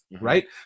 right